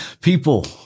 people